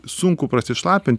sunku prasišlapint